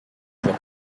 жок